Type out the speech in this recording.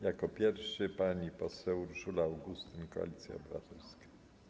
Jako pierwsza pani poseł Urszula Augustyn, Koalicja Obywatelska.